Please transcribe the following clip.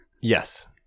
Yes